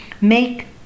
make